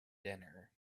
dinner